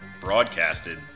broadcasted